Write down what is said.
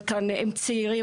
הם צעירים,